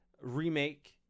remake